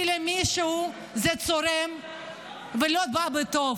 כי למישהו זה צורם ולא בא בטוב.